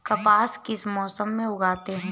कपास किस मौसम में उगती है?